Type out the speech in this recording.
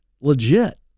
legit